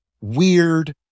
weird